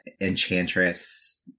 Enchantress